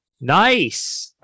Nice